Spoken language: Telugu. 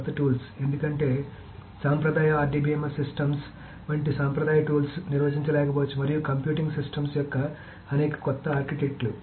కొత్త టూల్స్ ఎందుకంటే సాంప్రదాయ RDBMS సిస్టమ్స్ వంటి సాంప్రదాయ టూల్స్ నిర్వహించ లేకపోవచ్చు మరియు కంప్యూటింగ్ సిస్టమ్స్ యొక్క అనేక కొత్త ఆర్కిటెక్చర్లు